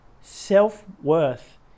Self-worth